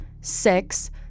six